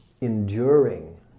enduring